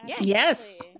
yes